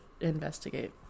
investigate